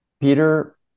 Peter